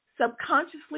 subconsciously